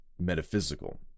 metaphysical